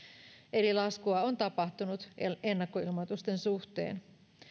eli laskua on tapahtunut ennakkoilmoitusten suhteen